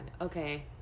Okay